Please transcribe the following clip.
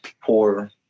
poor